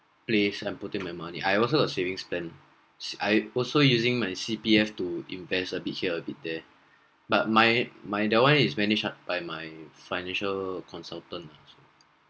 place I put in my money I also got savings plan s~ I also using my C_P_F to invest here a bit there but my my that [one] is managed up by my financial consultant